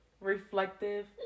reflective